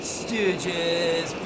stooges